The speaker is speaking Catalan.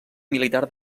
militar